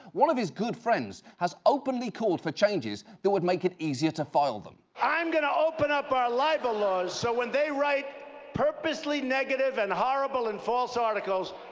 one of his good friends has openly called for changes that would make it easier to file them. i'm gonna open up our libel laws so when they write purposely negative and horrible and false articles,